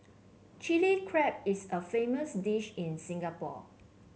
Chilli Crab is a famous dish in Singapore